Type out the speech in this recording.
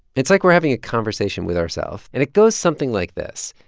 it's like we're having a conversation with ourself, and it goes something like this.